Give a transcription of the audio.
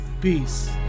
Peace